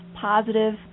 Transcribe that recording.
positive